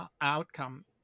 outcome